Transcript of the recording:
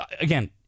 again